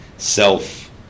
self